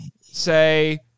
say